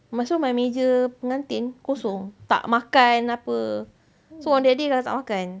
lepas tu my meja pengantin kosong tak makan apa so on that day kakak tak makan